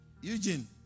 Eugene